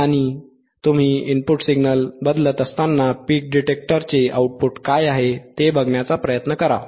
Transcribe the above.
आणि तुम्ही input signal बदलत असताना पीक डिटेक्टरचे आउटपुट काय आहे ते बघण्याचा प्रयत्न करा